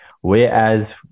Whereas